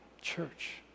church